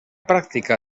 pràctica